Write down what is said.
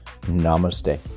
Namaste